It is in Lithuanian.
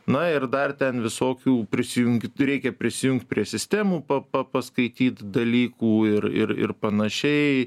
na ir dar ten visokių prisijunkit reikia prisijungt prie sistemų pa pa paskaityt dalykų ir ir ir panašiai